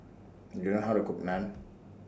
Do YOU know How to Cook Naan